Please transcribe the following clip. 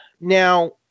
Now